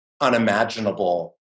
unimaginable